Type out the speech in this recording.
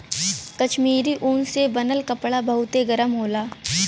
कश्मीरी ऊन से बनल कपड़ा बहुते गरम होला